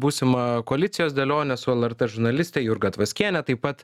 būsimą koalicijos dėlionę su lrt žurnaliste jurga tvaskiene taip pat